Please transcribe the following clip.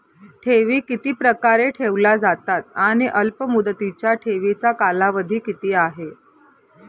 ठेवी किती प्रकारे ठेवल्या जातात आणि अल्पमुदतीच्या ठेवीचा कालावधी किती आहे?